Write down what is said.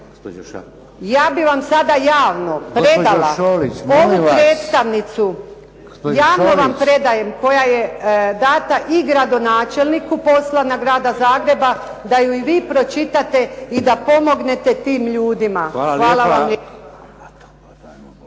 Ja bih vam sada javno predala …/Govornica se ne razumije./… javno vam predajem koja je dana i gradonačelniku poslana grada Zagreba da ju i vi pročitate i da pomognete tim ljudima. Hvala vam